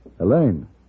Elaine